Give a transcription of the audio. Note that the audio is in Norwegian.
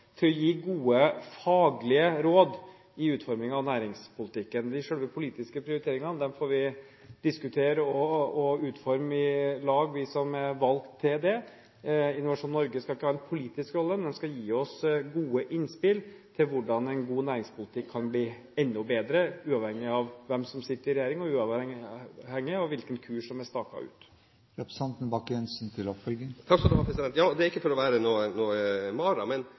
til å gi gode faglige råd i utformingen av næringspolitikken. Selve de politiske prioriteringene får vi diskutere og utforme i lag, vi som er valgt til det. Innovasjon Norge skal ikke ha en politisk rolle, men de skal gi oss gode innspill til hvordan en god næringspolitikk kan bli enda bedre uavhengig av hvem som sitter i regjering, og uavhengig av hvilken kurs som er staket ut. Det er ikke for å være noen mare, men